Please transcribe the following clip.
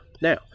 Now